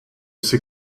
sait